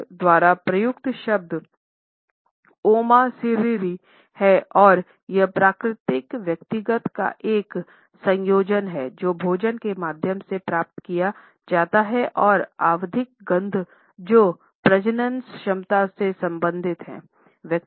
उनके द्वारा प्रयुक्त शब्द ओमा सेरीरी है और यह प्राकृतिक व्यक्तिगत का एक संयोजन है जो भोजन के माध्यम से प्राप्त किए जाते हैं और आवधिक गंध जो प्रजनन क्षमता से संबंधित हैं